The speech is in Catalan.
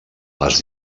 les